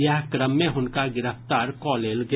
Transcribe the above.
इएह क्रम मे हुनका गिरफ्तार कऽ लेल गेल